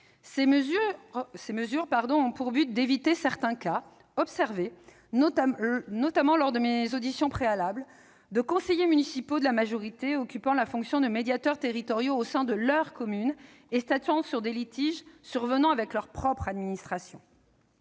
Ces mesures ont pour objectif d'éviter certains cas, observés notamment lors de mes auditions préalables, de conseillers municipaux de la majorité occupant la fonction de médiateurs territoriaux au sein de leurs communes et statuant sur des litiges survenant avec leur propre administration.